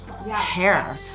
Hair